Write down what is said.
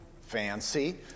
fancy